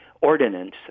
ordinance